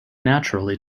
naturally